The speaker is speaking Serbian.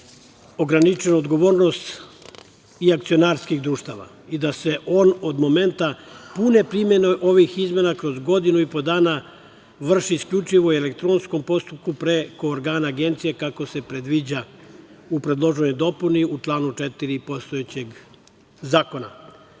ograničenu odgovornost i akcionarskih društava i da se on od momenta pune primene ovih izmena kroz godinu i po dana vrši isključivo u elektronskom postupku preko organa Agencije, kako se predviđa u predloženoj dopuni u članu 4. postojećeg zakona. Takva